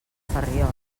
ferriol